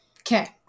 Okay